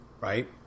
right